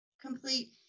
complete